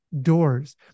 Doors